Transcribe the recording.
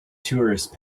tourists